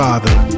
Father